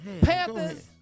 Panthers